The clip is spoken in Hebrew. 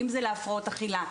אם זה להפרעות אכילה,